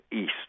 east